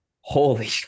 holy